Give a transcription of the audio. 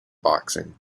boxing